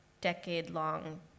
decade-long